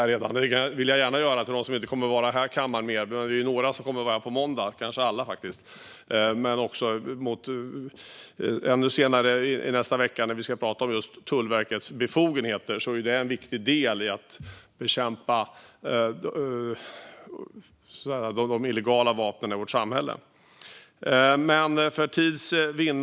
Det vill jag gärna önska dem som inte kommer att vara här i kammaren mer, även om några, kanske alla faktiskt, kommer att vara här på måndag. Tullverkets befogenheter är en viktig del i att bekämpa de illegala vapnen i vårt samhälle. Fru talman!